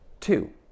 Two